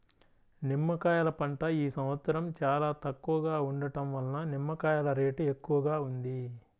నిమ్మకాయల పంట ఈ సంవత్సరం చాలా తక్కువగా ఉండటం వలన నిమ్మకాయల రేటు ఎక్కువగా ఉంది